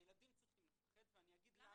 הילדים צריכים לפחד ואני אגיד למה.